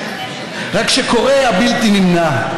רק שקורה הבלתי-נמנע: